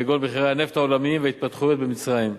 כגון מחירי הנפט העולמיים וההתפתחויות במצרים.